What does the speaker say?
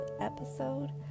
episode